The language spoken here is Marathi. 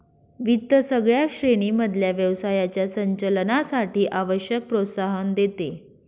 वित्त सगळ्या श्रेणी मधल्या व्यवसायाच्या संचालनासाठी आवश्यक प्रोत्साहन देते